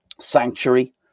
sanctuary